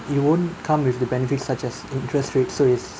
it won't come with the benefits such as interest rates so it's